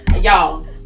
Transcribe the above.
y'all